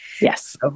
Yes